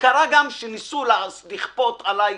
וקרה גם שניסו לכפות עליי